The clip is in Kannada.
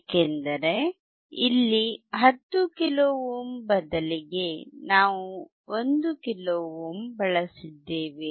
ಏಕೆಂದರೆ ಇಲ್ಲಿ 10 ಕಿಲೋ ಓಮ್ ಬದಲಿಗೆ ನಾವು 1 ಕಿಲೋ ಓಮ್ ಬಳಸಿದ್ದೇವೆ